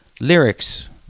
lyrics